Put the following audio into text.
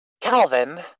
Calvin